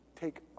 take